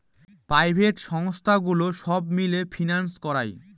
private সংস্থাগুলো সব মিলে ফিন্যান্স করায়